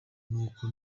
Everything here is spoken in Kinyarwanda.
nuko